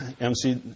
MC